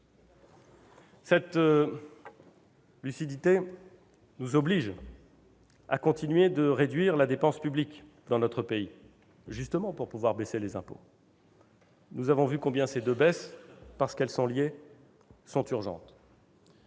Cette lucidité nous oblige à continuer de réduire la dépense publique dans notre pays, justement pour pouvoir baisser les impôts. Nous avons vu combien ces deux baisses, parce qu'elles sont liées, sont urgentes.